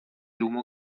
humo